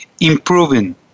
improving